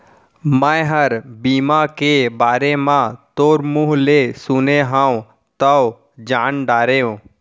मैंहर बीमा के बारे म तोर मुँह ले सुने हँव तव जान डारेंव